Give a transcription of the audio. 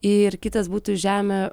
ir kitas būtų žemė